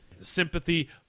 sympathy